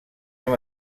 hem